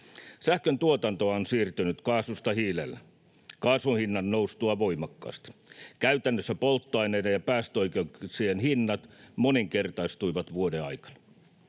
Sähköntuotantoa on siirtynyt kaasusta hiilelle kaasun hinnan noustua voimakkaasti. Käytännössä polttoaineiden ja päästöoikeuksien hinnat moninkertaistuivat vuoden aikana.